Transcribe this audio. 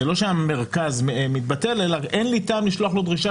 זה לא שהמרכז מתבטל אלא אין לי טעם לשלוח לו דרישה